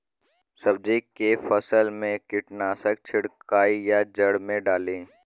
सब्जी के फसल मे कीटनाशक छिड़काई या जड़ मे डाली?